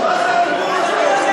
מה זה הדיבור הזה?